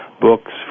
books